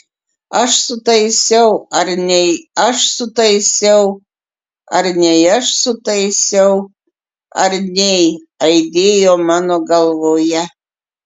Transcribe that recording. aš sutaisiau ar nei aš sutaisiau ar nei aš sutaisiau ar nei aidėjo mano galvoje